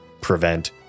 prevent